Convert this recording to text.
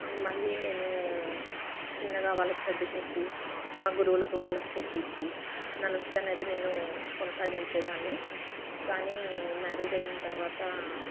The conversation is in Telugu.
మళ్ళీ నేను చిన్నగా వాళ్ళకి సర్ది చెప్పి మా గురువులతో వాళ్ళకి చెపించి నా నృత్యాన్ని అయితే నేను కొనసాగించేదాన్ని కానీ మ్యారేజ్ అయిన తర్వాత